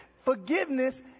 forgiveness